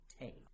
take